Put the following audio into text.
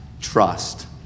trust